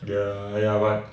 ya !aiya! but